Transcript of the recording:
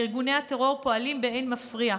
שבה ארגוני הטרור פועלים באין מפריע.